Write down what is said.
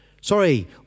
sorry